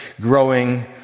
growing